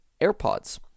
AirPods